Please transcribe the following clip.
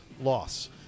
Loss